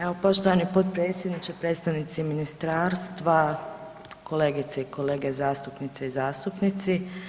Evo, poštovani potpredsjedniče, predstavnici ministarstva, kolegice i kolege zastupnice i zastupnici.